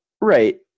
Right